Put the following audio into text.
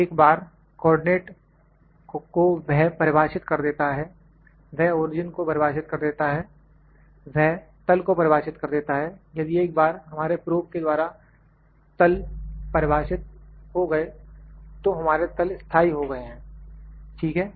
एक बार कोऑर्डिनेटो को वह परिभाषित कर देता है वह ओरिजिन को परिभाषित कर देता है वह तल को परिभाषित कर देता है यदि एक बार हमारे प्रोब के द्वारा तल परिभाषित हो गए तो हमारे तल स्थाई हो गए हैं ठीक है